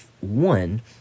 one